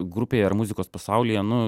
grupėj ar muzikos pasaulyje nu